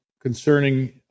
concerning